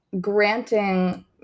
granting